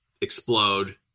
explode